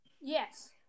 Yes